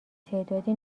تعدادی